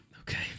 Okay